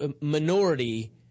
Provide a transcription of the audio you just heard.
minority